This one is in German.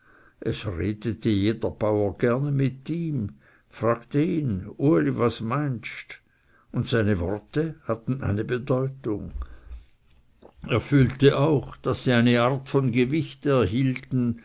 es redete jeder bauer gerne mit ihm fragte ihn uli was meinst und seine worte hatten eine bedeutung er fühlte auch daß sie eine art von gewicht erhielten